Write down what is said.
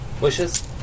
wishes